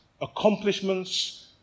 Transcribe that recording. accomplishments